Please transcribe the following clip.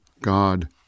God